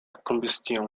combustion